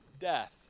Death